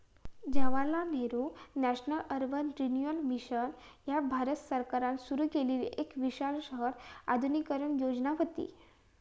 Jawaharlal Nehru national urban renewal mission ह्या भारत सरकारान सुरू केलेली एक विशाल शहर आधुनिकीकरण योजना व्हती